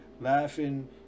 laughing